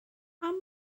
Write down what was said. pam